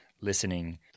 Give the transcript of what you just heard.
listening